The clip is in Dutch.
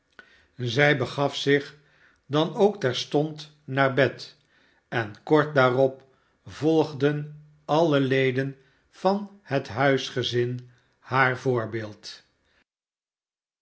zij begaf zich dan dan ook terstond naar bed en kort daarop volgden al de leden van het huisgezin haar voorbeeld